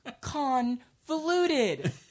convoluted